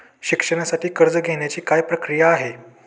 शिक्षणासाठी कर्ज घेण्याची काय प्रक्रिया आहे?